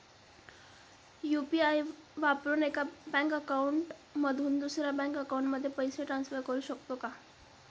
UPI वापरून एका bank account मधून दुसऱ्या बँक अकाउंटमध्ये पैसे ट्रान्सफर करू शकतो का?